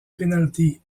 pénalty